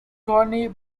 toni